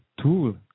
tool